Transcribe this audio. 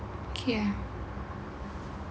ya